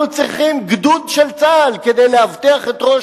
אנחנו צריכים גדוד של צה"ל כדי לאבטח את ראש